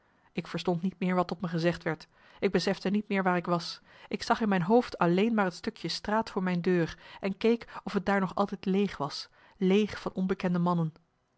ik verstond niet meer wat tot me gezegd werd ik besefte niet meer waar ik was ik zag in mijn hoofd alleen maar het stukje straat voor mijn deur en keek of t daar nog altijd leeg was leeg van onbekende mannen